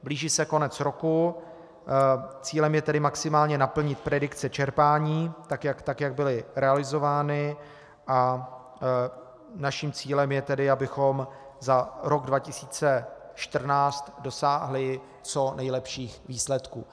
Blíží se konec roku, cílem je tedy maximálně naplnit predikce čerpání tak, jak byly realizovány, a naším cílem je tedy, abychom za rok 2014 dosáhli co nejlepších výsledků.